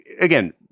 again